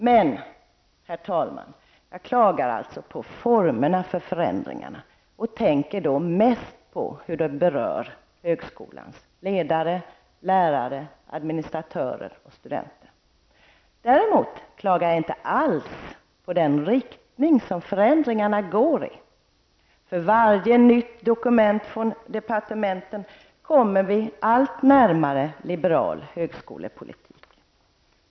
Men, herr talman, jag klagar alltså på formerna för förändringarna och tänker då mest på hur de berör högskolans ledare, lärare, administratörer och studenter. Däremot klagar jag inte alls på den riktning som förändringarna går i. För varje nytt dokument från departementet kommer vi allt närmare liberal högskolepolitik.